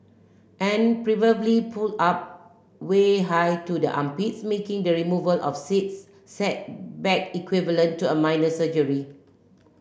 and preferably pulled up way high to the armpits making the removal of says said bag equivalent to a minor surgery